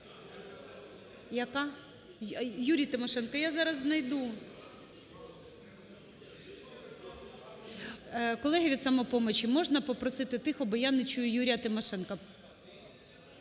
Яка? Юрій Тимошенко, я зараз знайду. (Шум у залі) Колеги від "Самопомочі", можна попросити тихо, бо я не чую Юрія Тимошенка?